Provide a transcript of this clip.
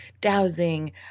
dowsing